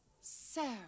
Sarah